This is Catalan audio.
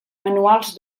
manuals